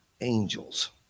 angels